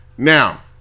Now